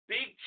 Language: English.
Big